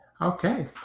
Okay